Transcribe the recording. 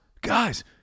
guys